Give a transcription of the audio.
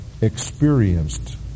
experienced